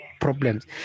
problems